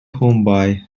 homeboy